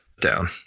down